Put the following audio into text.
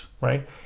right